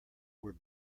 were